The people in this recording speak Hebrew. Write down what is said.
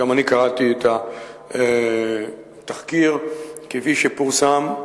גם אני קראתי את התחקיר כפי שפורסם.